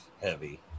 heavy